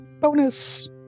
bonus